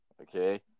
Okay